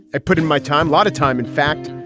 i put in my time, lot of time, in fact,